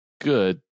good